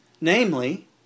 Namely